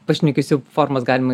pašnekesių formas galima